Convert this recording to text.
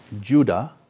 Judah